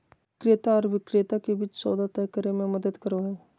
क्रेता आर विक्रेता के बीच सौदा तय करे में मदद करो हइ